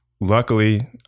luckily